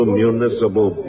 municipal